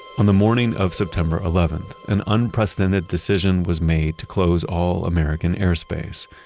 on the morning of september eleventh, an unprecedented decision was made to close all american airspace.